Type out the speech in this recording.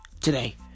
today